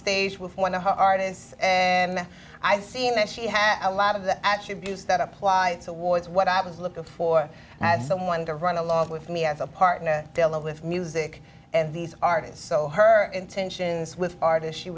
stage with one of her artists and i've seen that she had a lot of the attributes that appliance awards what i was looking for and someone to run along with me as a partner with music and these artists so her intentions with artist she